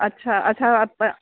अच्छा अच्छा त